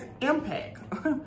impact